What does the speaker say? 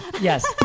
yes